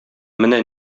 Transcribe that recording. менә